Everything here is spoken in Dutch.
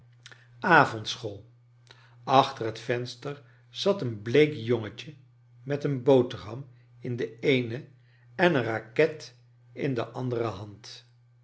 avondschool achter het venster zat een bleek jongetje met een boterham in de eene en een raket in de an dere hand